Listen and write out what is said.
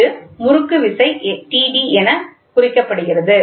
இது முறுக்குவிசை Td என குறிக்கப்படுகிறது